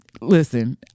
Listen